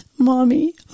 Mommy